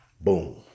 boom